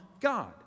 God